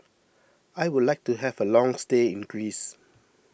I would like to have a long stay in Greece